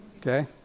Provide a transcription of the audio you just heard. okay